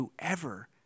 whoever